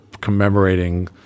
commemorating